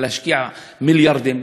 להשקיע מיליארדים,